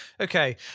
Okay